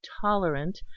tolerant